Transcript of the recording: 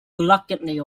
reluctantly